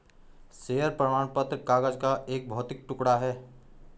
share प्रमाण पत्र कागज का एक भौतिक टुकड़ा है